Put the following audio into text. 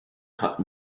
cut